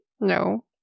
No